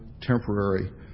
temporary